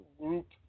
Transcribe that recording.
Group